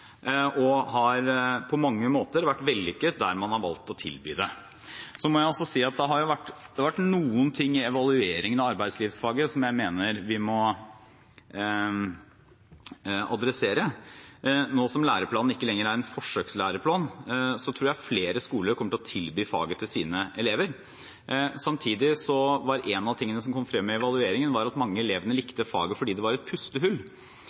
og på mange måter har vært vellykket der man har valgt å tilby det. Det har vært noen ting i evalueringen av arbeidslivsfaget som jeg mener vi må adressere. Nå som læreplanen ikke lenger er en forsøkslæreplan, tror jeg flere skoler kommer til å tilby faget til sine elever. Samtidig var en av tingene som kom frem i evalueringen, at mange elever likte faget fordi det var et pustehull.